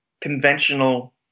conventional